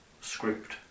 script